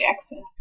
Jackson